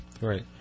Right